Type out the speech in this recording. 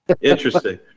Interesting